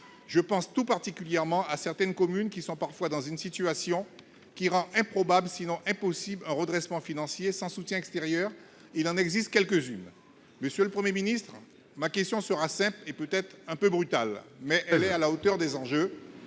Je pense tout particulièrement à ces communes dont la situation rend parfois improbable, sinon impossible, un redressement financier sans soutien extérieur. Et il en existe quelques-unes ! Monsieur le Premier ministre, ma question sera simple et peut-être un peu brutale, mais elle est à la hauteur des enjeux